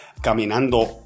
caminando